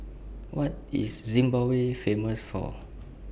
What IS Zimbabwe Famous For